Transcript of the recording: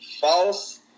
false